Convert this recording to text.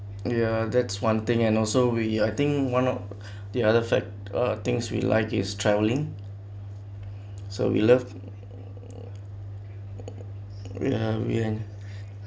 ya that's one thing and also we I think one of the other fact uh things we like is traveling so we love ya we and